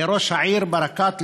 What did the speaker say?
ראש העירייה ברקת,